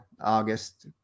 august